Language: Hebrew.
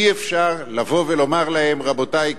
אי-אפשר לומר להם: רבותי,